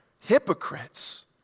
Hypocrites